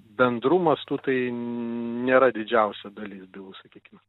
bendru mastu tai nėra didžiausia dalis bylų sakykime